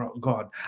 God